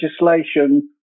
legislation